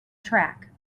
track